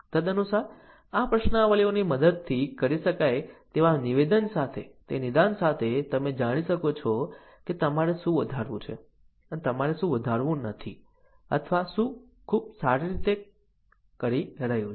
તદનુસાર આ પ્રશ્નાવલીઓની મદદથી કરી શકાય તેવા નિદાન સાથે તમે જાણી શકો છો કે તમારે શું વધારવું છે અને તમારે શું વધારવું નથી અથવા શું ખૂબ સારી રીતે કરી રહ્યું છે